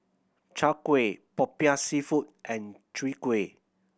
Chai Kuih Popiah Seafood and Chwee Kueh